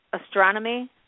astronomy